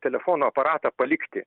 telefono aparatą palikti